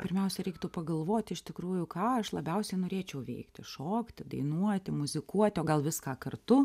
pirmiausia reiktų pagalvoti iš tikrųjų ką aš labiausiai norėčiau veikti šokti dainuoti muzikuoti o gal viską kartu